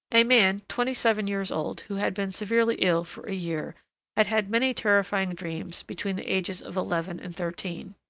a man twenty-seven years old who had been severely ill for a year had had many terrifying dreams between the ages of eleven and thirteen.